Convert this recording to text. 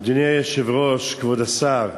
אדוני היושב-ראש, כבוד השר,